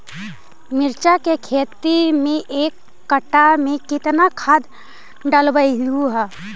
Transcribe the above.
मिरचा के खेती मे एक कटा मे कितना खाद ढालबय हू?